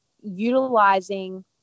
utilizing